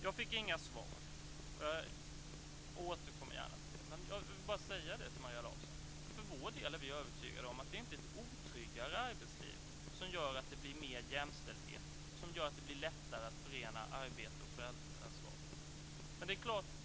Jag fick inga svar, och jag återkommer till det. Men jag vill säga till Maria Larsson att vi är övertygade om att ett otryggare arbetsliv inte gör att det blir mer jämställdhet eller att det bli lättare att förena arbete och föräldraskap.